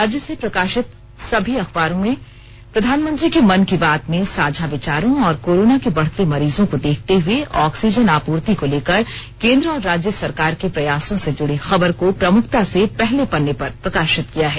राज्य से प्रकाशित सभी प्रमुख अखबारों ने प्रधानमंत्री के मन की बात में साझा विचारों और कोरोना के बढ़ते मरीजों को देखते हुए ऑक्सीजन आपूर्ति को लेकर केन्द्र और राज्य सरकार के प्रयासों से जुड़ी खबर को प्रमुखता से पहले पन्ने पर प्रकाशित किया है